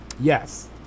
Yes